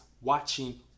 watching